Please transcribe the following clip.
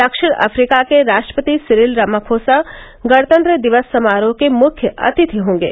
दक्षिण अफ्रीका के राष्ट्रपति सिरिल रामाफोसा गणतंत्र दिवस समारोह के मुख्य अतिथि होंगे